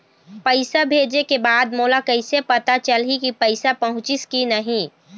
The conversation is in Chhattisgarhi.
पैसा भेजे के बाद मोला कैसे पता चलही की पैसा पहुंचिस कि नहीं?